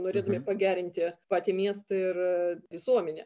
norėdami pagerinti patį miestą ir visuomenę